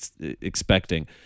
expecting